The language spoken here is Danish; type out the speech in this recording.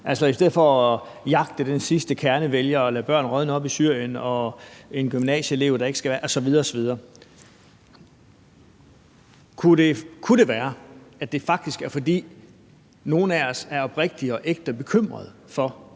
altså i stedet for at jagte den sidste kernevælger og lade børn rådne op i Syrien og en gymnasieelev, der ikke skal være her, osv. osv. Kunne det være, at det faktisk er, fordi nogle af os er oprigtigt og ægte bekymrede for,